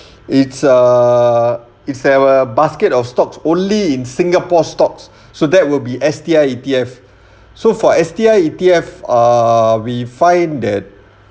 it's a it's a basket of stocks only in singapore stocks so that will be S_T_I E_T_F so for S_T_I E_T_F uh we find that